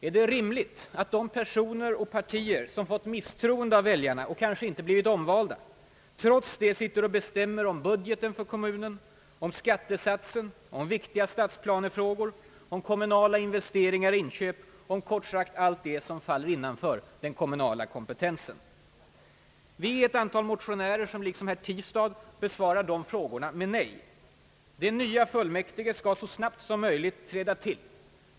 Är det rimligt att de personer och partier, som fått misstroende av väljarna och kanske inte blivit omvalda, trots det sitter och bestämmer om budgeten för kommunen, om skattesatsen, om viktiga stadsplanefrågor, om kommunala investeringar och inköp, kort sagt om allt det som faller inom den kommunala kompetensen? Vi är ett antal motionärer som liksom herr Tistad besvarar de frågorna med nej. De nya fullmäktige skall träda till så snabbt som möjligt.